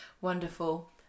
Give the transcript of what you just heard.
wonderful